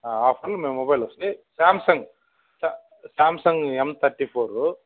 half an అవర్లో మీ mobile వస్తుంది అదే సామ్సంగ్ సా సామ్సంగ్ ఎం థర్టీ ఫోరు